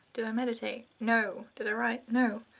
did i meditate? no. did i write? no.